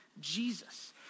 Jesus